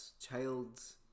child's